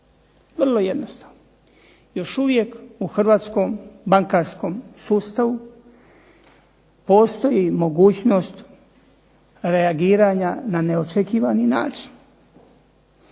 Vrlo jednostavno. Još uvijek u hrvatskom bankarskom sustavu postoji mogućnosti reagiranja na neočekivani način.